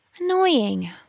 Annoying